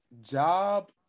Job